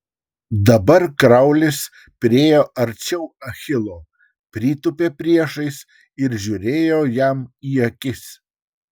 dabar kraulis priėjo arčiau achilo pritūpė priešais ir žiūrėjo jam į akis